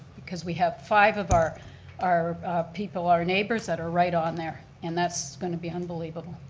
because we have five of our our people, our neighbors that are right on there and that's going to be unbelievable.